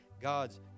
God's